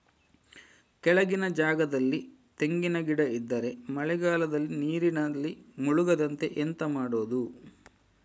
ಕೆಳಗಿನ ಜಾಗದಲ್ಲಿ ತೆಂಗಿನ ಗಿಡ ಇದ್ದರೆ ಮಳೆಗಾಲದಲ್ಲಿ ನೀರಿನಲ್ಲಿ ಮುಳುಗದಂತೆ ಎಂತ ಮಾಡೋದು?